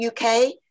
uk